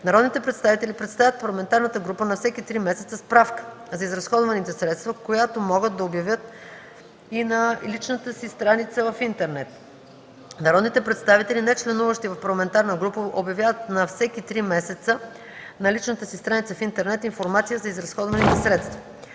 Народните представители представят в парламентарната група на всеки три месеца справка за изразходваните средства, която могат да обявят и на личната си страница в интернет. Народните представители, нечленуващи в парламентарна група, обявяват на всеки три месеца на личната си страница в интернет информация за изразходваните средства.